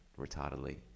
retardedly